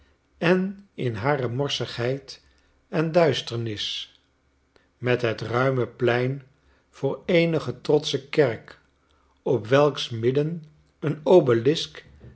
en in hare morsigheid en duisternis met het ruime plein voor eenige trotsche kerk op welks midden een obelisk